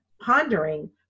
pondering